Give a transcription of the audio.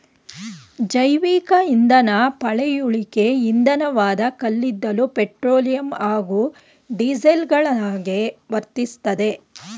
ಜೈವಿಕಇಂಧನ ಪಳೆಯುಳಿಕೆ ಇಂಧನವಾದ ಕಲ್ಲಿದ್ದಲು ಪೆಟ್ರೋಲಿಯಂ ಹಾಗೂ ಡೀಸೆಲ್ಗಳಹಾಗೆ ವರ್ತಿಸ್ತದೆ